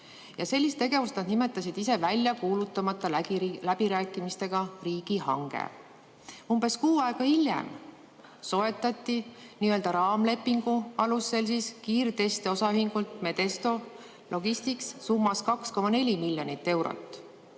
Ja sellist tegevust nad nimetasid ise väljakuulutamata läbirääkimistega riigihankeks. Umbes kuu aega hiljem soetati nii-öelda raamlepingu alusel kiirteste osaühingult Medesto Logistics summas 2,4 miljonit eurot.